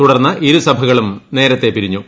തുടർന്ന് ഇരുസഭകളും നേരത്തെ പിരിഞ്ഞു